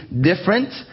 different